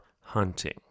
hunting